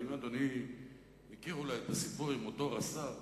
האם אדוני מכיר אולי את הסיפור עם אותו רס"ר